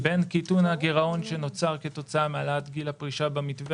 בין קיטון הגירעון שנוצר כתוצאה מהעלאת גל הפרישה במתווה